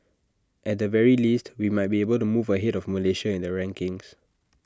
at the very least we might be able to move ahead of Malaysia in the rankings